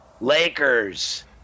Lakers